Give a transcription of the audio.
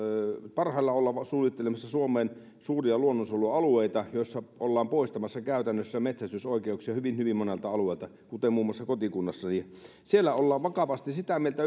parhaillaan ollaan suunnittelemassa suomeen suuria luonnonsuojelualueita joissa ollaan poistamassa käytännössä metsästysoikeuksia hyvin hyvin monelta alueelta kuten muun muassa kotikunnassani ympäristöministeriössä ollaan vakavasti sitä mieltä